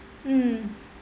mm